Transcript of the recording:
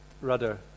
rudder